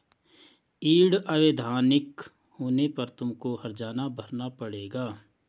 yield अवैधानिक होने पर तुमको हरजाना भरना पड़ेगा